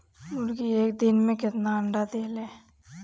मुर्गी एक दिन मे कितना अंडा देला?